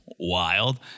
wild